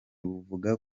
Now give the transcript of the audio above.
buvuga